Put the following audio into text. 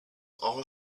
all